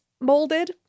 molded